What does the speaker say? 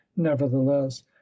nevertheless